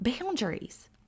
boundaries